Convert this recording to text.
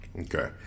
Okay